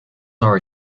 are